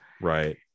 right